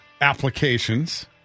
applications